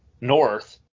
north